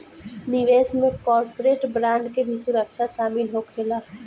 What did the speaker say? निवेश में corporate bond के भी सुरक्षा शामिल होखेला